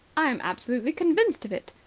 i am absolutely convinced of it,